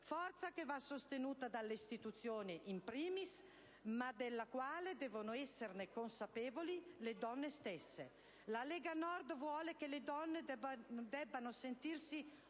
Forza che va sostenuta dalle istituzioni *in primis*, ma della quale devono esserne consapevoli le donne stesse. La Lega Nord ritiene che le donne debbano sentirsi